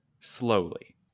slowly